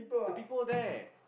the people there